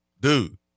dude